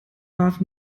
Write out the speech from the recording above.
warf